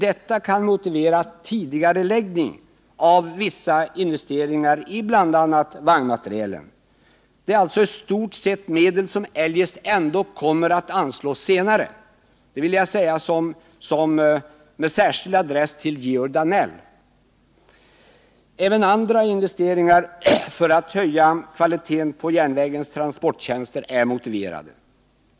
Detta kan motivera en tidigareläggning av vissa investeringar i bl.a. vagnmaterielen. Det gäller i stort sett medel som eljest ändå kommer att anslås senare. Det vill jag säga med särskild adress till Georg Danell. Även andra investeringar för att höja kvaliteten på järnvägens transporttjänster är motiverade.